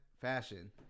fashion